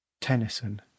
Tennyson